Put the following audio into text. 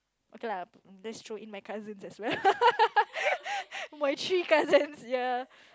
okay lah that's true in my cousins as well my three cousins ya